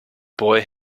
boy